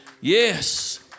Yes